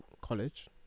College